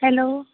hello